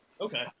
Okay